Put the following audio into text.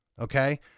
Okay